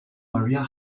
maria